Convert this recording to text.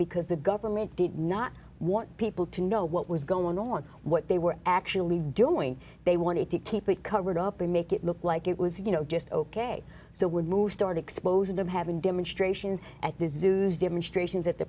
because the government did not want people to know what was going on what they were actually doing they wanted to keep it covered up or make it look like it was you know just ok so would move start exposing them having demonstrations at the zoo's demonstrations at the